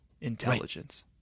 intelligence